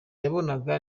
yabonaga